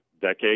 decade